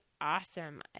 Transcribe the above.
awesome